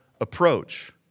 approach